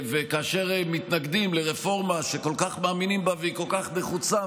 כאשר מתנגדים לרפורמה שכל כך מאמינים בה והיא כל כך נחוצה,